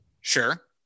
sure